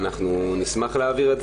אנחנו נשמח להעביר.